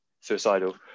suicidal